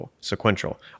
sequential